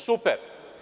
Super.